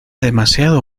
demasiado